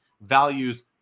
values